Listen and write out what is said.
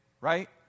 right